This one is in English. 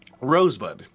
Rosebud